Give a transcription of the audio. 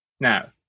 Now